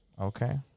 Okay